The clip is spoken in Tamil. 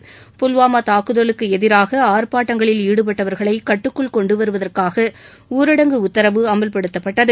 இந்நிலையில் புல்வாமா தாக்குதலுக்கு எதிராக ஆர்பாட்டங்களில் ஈடுபட்டவர்களை கட்டுக்குள் கொண்டுவருவதற்காக ஊடரங்கு உத்தரவு அமல்படுத்தப்பட்டது